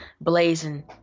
blazing